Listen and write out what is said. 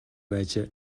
байжээ